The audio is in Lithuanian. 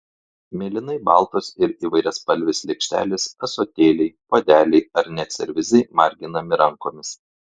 mėlynai baltos ir įvairiaspalvės lėkštelės ąsotėliai puodeliai ar net servizai marginami rankomis